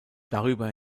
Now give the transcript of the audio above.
darüber